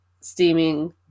steaming